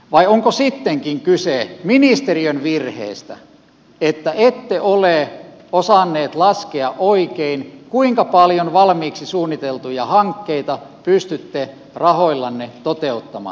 vai onko sittenkin kyse ministeriön virheestä että ette ole osanneet laskea oikein kuinka paljon valmiiksi suunniteltuja hankkeita pystytte rahoillanne toteuttamaan